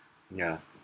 yeah